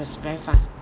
is very fast